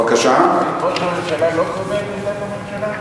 ראש הממשלה לא קובע את עמדת הממשלה?